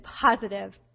positive